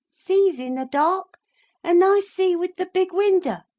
sees in the dark and i see with the big winder.